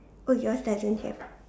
oh yours doesn't have